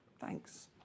thanks